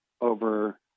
over